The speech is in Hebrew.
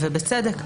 ובצדק,